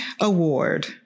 award